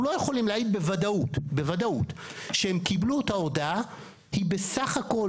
שאנחנו לא יכולים להעיד בוודאות שהם קיבלו את ההודעה היא בסך הכול,